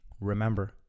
Remember